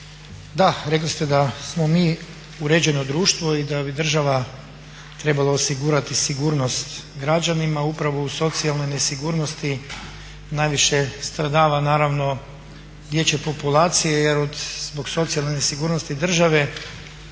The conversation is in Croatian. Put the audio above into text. da, rekli ste da smo mi uređeno društvo i da bi država trebala osigurati sigurnost građanima upravo u socijalnoj nesigurnosti najviše stradava naravno dječje populacije jer zbog socijalne nesigurnosti države